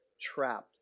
trapped